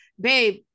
babe